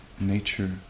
nature